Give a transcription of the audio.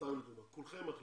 סתם דוגמה, כולכם מחליטים,